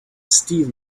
steven